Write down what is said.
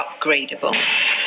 upgradable